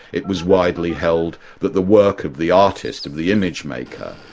it was widely held that the work of the artist, of the image-maker,